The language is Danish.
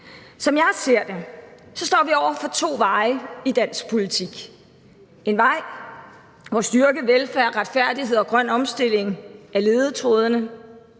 Som jeg ser det, står vi over for to veje i dansk politik – en vej, hvor styrket velfærd, retfærdighed og grøn omstilling er ledetrådene,